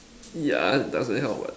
yeah doesn't help what